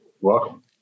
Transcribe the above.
welcome